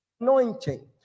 anointing